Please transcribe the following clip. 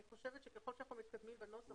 אני חושבת שככל שאנחנו מתקדמים בנוסח,